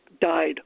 died